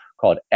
called